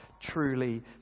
truly